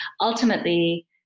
ultimately